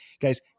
Guys